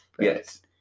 Yes